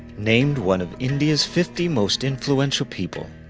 named one of india's fifty most influential people,